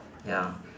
ya